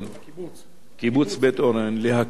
קיבוץ בית-אורן להקמת מבנים ארעיים,